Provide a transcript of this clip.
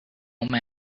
mad